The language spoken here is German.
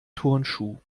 turnschuh